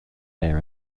hair